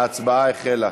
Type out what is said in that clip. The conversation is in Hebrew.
ההצבעה החלה.